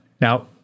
Now